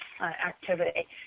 activity